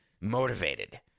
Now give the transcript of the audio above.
motivated